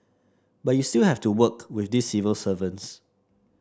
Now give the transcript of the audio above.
but you still have to work with these civil servants